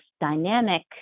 dynamic